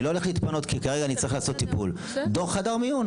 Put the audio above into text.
אני לא הולך להתפנות כי כרגע אני צריך לעשות טיפול דו"ח חדר מיון.